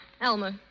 Elmer